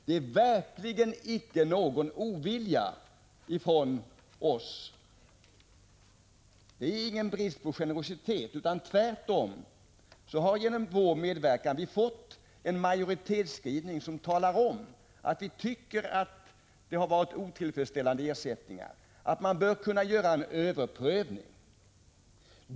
Det är verkligen icke någon ovilja från vår sida, ingen brist på generositet. Tvärtom har vi genom vår medverkan fått en majoritetsskrivning som talar om att vi tycker att det har varit otillfredsställande ersättning och att man bör kunna göra en överprövning.